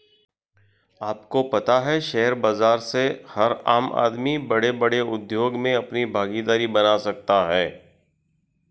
आपको पता है शेयर बाज़ार से हर आम आदमी बडे़ बडे़ उद्योग मे अपनी भागिदारी बना सकता है?